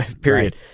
period